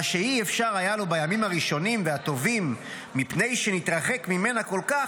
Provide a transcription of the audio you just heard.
מה שאי-אפשר היה לו בימים הראשונים והטובים מפני שנתרחק ממנה כל כך,